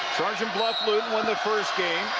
sergeant bluff-luton won the first game.